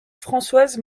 françoise